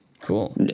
cool